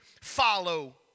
follow